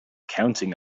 counting